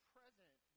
present